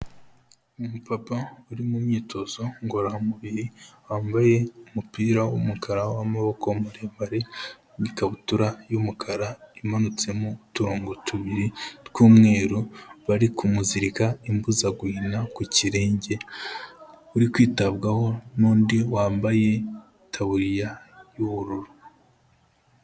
Umupapa uri mu myitozo ngororamubiri wambaye umupira w'umukara w'amaboko maremare n'kabutura y'umukara imutsemo uturongo tubiri tw'umweru bari kumuzirika imbuzagukina ku kirenge uri kwitabwaho n'undi wambaye itabuririya y'ubururu.